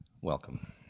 welcome